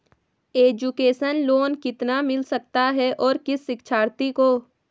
Education loan कितना मिल सकता है और किस शिक्षार्थी को?